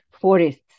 forests